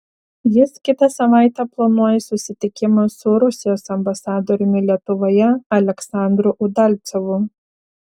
jis kitą savaitę planuoja susitikimą su rusijos ambasadoriumi lietuvoje aleksandru udalcovu